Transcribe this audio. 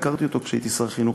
אני הכרתי אותו כשהייתי שר החינוך,